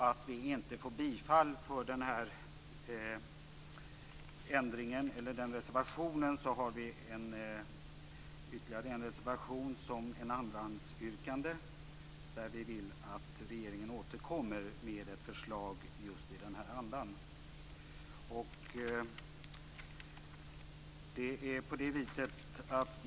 Om vi inte får bifall för den reservationen har vi ett andrahandsyrkande där vi vill att regeringen återkommer med ett förslag just i den här andan.